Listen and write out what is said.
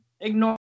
Ignore